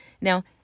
now